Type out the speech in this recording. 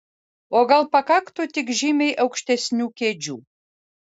o gal pakaktų tik žymiai aukštesnių kėdžių